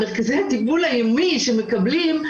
המרכזים לטיפול היומי שמקבלים,